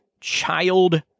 child